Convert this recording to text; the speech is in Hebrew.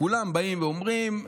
כולם באים ואומרים: